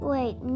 Wait